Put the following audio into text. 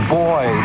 boy